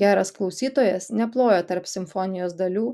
geras klausytojas neploja tarp simfonijos dalių